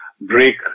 break